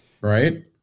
Right